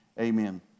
amen